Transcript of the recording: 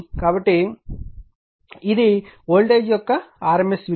కాబట్టి ఇది వోల్టేజ్ యొక్క RMS విలువ 4